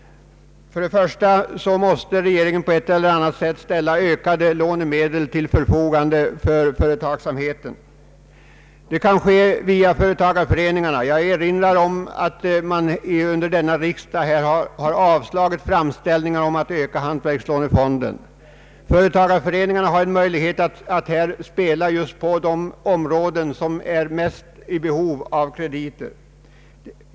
Regeringen måste på ett eller annat sätt ställa ökade lånemedel till förfogande för företagsamheten. Det kan ske via företagareföreningarna. Jag erinrar om att årets riksdag har avslagit framställningar om att öka hantverkslånefonden. Företagareföreningarna har möjlighet att verka just på de områden som är mest i behov av krediter.